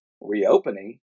reopening